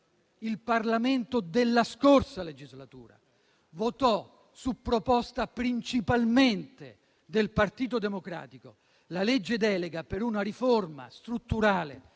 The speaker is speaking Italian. il Parlamento della scorsa legislatura, su proposta principalmente del Partito Democratico, votò la legge delega per una riforma strutturale